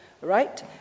right